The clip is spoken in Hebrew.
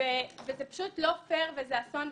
וזה פשוט לא פייר וזה אסון,